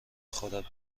خودت